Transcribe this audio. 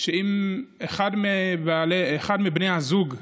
אם אחד מבני הזוג עובד,